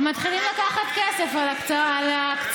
ומתחילים לקחת כסף על ההקצאות.